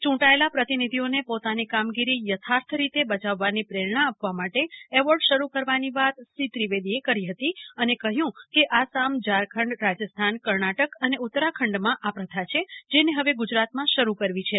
યૂંટાયેલા પ્રતિનિધિઓને પોતાની કામગીરી યથાર્થ રીતે બજાવવાની પ્રેરણા આપવા માટે એવાર્ડ શરૂ કરવાની વાત શ્રી ત્રિવેદી એ કરી હતી અને કહ્યું કે આસામ ઝારખંડ રાજસ્થાન કર્ણાટક અને ઉત્તરાખંડમાં આ પ્રથા છે જેને હવે ગુજરાતમાં શરૂ કરવી છે